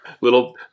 little